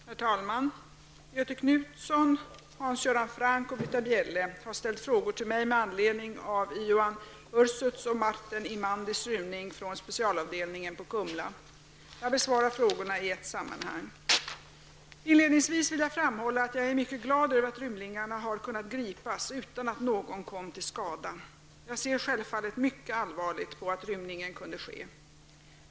Herr talman! Göthe Knutson, Hans Göran Franck och Britta Bjelle har ställt frågor till mig med anledning av Ioan Ursuts och Marten Imandis rymning från specialavdelningen på Kumla. Jag besvarar frågorna i ett sammanhang. Inledningsvis vill jag framhålla att jag är mycket glad över att rymlingarna har kunnat gripas utan att någon kom till skada. Jag ser självfallet mycket allvarligt på att rymningen kunde ske.